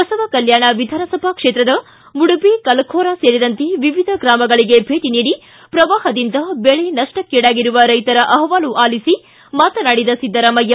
ಬಸವಕಲ್ತಾಣ ವಿಧಾನಸಭೆ ಕ್ಷೇತ್ರದ ಮುಡಬಿ ಕಲಖೋರಾ ಸೇರಿದಂತೆ ವಿವಿಧ ಗ್ರಾಮಗಳಿಗೆ ಭೇಟಿ ನೀಡಿ ಪ್ರವಾಪದಿಂದ ಬೆಳೆ ನಪ್ಪಕ್ಕೀಡಾಗಿರುವ ರೈತರ ಅಹವಾಲು ಆಲಿಸಿ ಮಾತನಾಡಿದ ಸಿದ್ದರಾಮಯ್ಯ